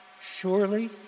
Surely